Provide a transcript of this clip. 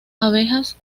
abejas